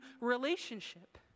relationship